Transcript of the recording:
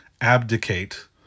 abdicate